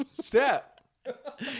step